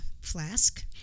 flask